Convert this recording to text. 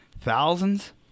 thousands